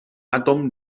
àtom